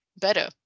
better